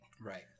Right